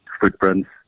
footprints